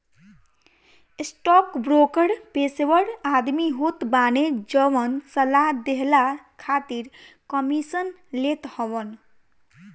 stockbroker पेशेवर आदमी होत बाने जवन सलाह देहला खातिर कमीशन लेत हवन